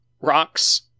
rocks